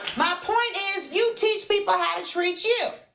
my point is, you teach people how to treat you.